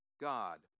God